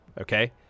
okay